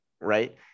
right